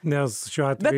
nes šiuo atveju